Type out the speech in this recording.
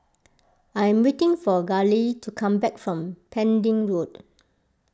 I am waiting for Gale to come back from Pending Road